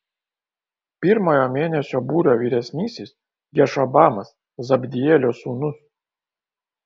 pirmojo mėnesio būrio vyresnysis jašobamas zabdielio sūnus